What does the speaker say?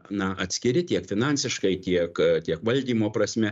na atskiri tiek finansiškai tiek tiek valdymo prasme